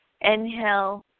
Inhale